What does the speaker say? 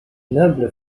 noble